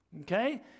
okay